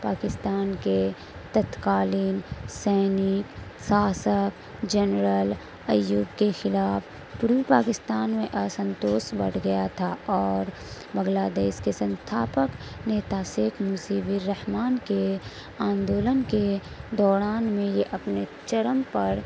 پاکستان کے تتکالین سینیک شاسک جنرل یدھ کے خلاف پورے پاکستان میں اسنتوش بڑھ گیا تھا اور بنگلہ دیش کے سنستھاپک نیتا شیخ مجیب الرحمن کے آندولن کے دوران میں یہ اپنے چرم پر